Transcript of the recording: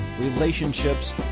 relationships